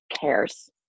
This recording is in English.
cares